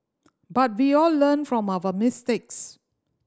but we all learn from our mistakes